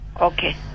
Okay